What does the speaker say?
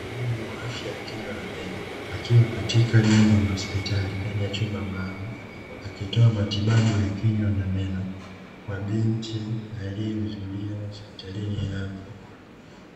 Mtaalamu wa afya ya kinywa na meno, akiwa katika jengo la hospitali ndani ya chumba maalumu, akitoa matibabu ya kinywa na meno, kwa binti aliyehudhuria hospitalini hapo,